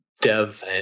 dev